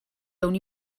only